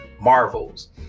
marvels